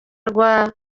rwa